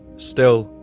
still,